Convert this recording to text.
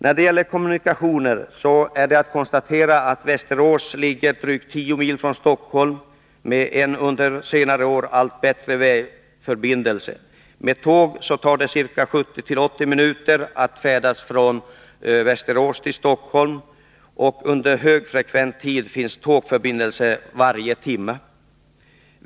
När det gäller kommunikationer kan man konstatera att Västerås ligger drygt 10 mil från Stockholm och att man under senare år har fått allt bättre vägförbindelse. Med tåg är restiden 70-80 minuter. Under högfrekvent tid finns tågförbindelse varje timme.